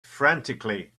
frantically